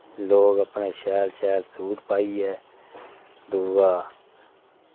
लोक अपनै शैल शैल सूट पाइयै दूरा